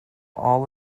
all